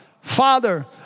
Father